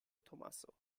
tomaso